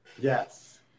Yes